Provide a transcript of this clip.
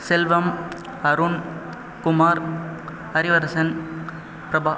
Selvam Arun Kumar Arivarasan Prabha